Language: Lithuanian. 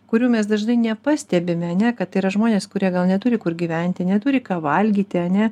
kurių mes dažnai nepastebime ar ne kad tai yra žmonės kurie neturi kur gyventi neturi ką valgyti ar ne